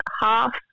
half